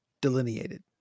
delineated